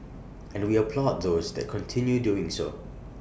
and we applaud those that continue doing so